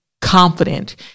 confident